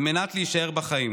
על מנת להישאר בחיים.